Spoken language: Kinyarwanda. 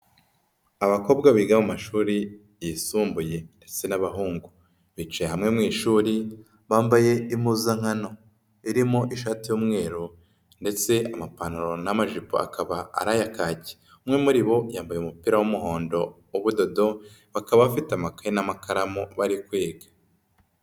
Abakobwa biga mu mashuri yisumbuye ndetse n'abahungu, bicaye hamwe mu ishuri bambaye impuzankano irimo ishati y'umweru ndetse amapantaro n'amajipo akaba ari aya kaki, umwe muri bo yambaye umupira w'umuhondo w'ubudodo, bakaba bafite amakaye n'amakaramu bari kwiga.